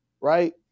right